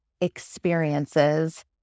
experiences